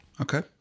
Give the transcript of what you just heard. okay